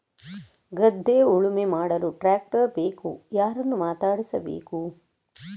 ಗದ್ಧೆ ಉಳುಮೆ ಮಾಡಲು ಟ್ರ್ಯಾಕ್ಟರ್ ಬೇಕು ಯಾರನ್ನು ಮಾತಾಡಿಸಬೇಕು?